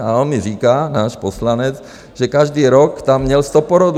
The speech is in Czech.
A on mi říká, náš poslanec, že každý rok tam měl 100 porodů.